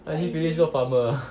啊去 village 做 farmer ah